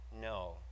No